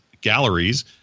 galleries